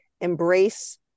embrace